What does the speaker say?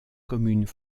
communes